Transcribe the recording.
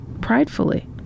pridefully